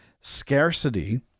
scarcity